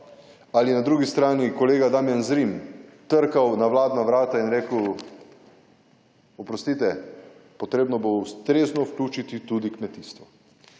ali na drugi strani kolega Damijan Zrim trkal na vladna vrata in rekel: »Oprostite, potrebno bo ustrezno vključiti tudi kmetijstvo.«